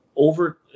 over